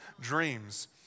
dreams